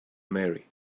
marry